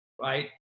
right